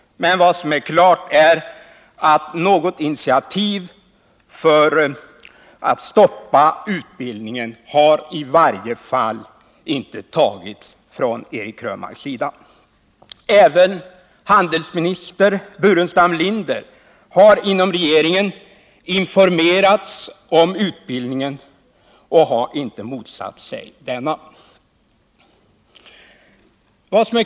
Men vad som är klart är att något initiativ för att stoppa utbildningen i varje fall inte tagits från Eric Krönmarks sida. Även handelsministern Burenstam Linder har inom regeringen informerats om utbildningen och har inte motsatt sig denna.